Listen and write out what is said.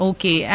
Okay